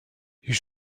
you